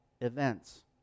events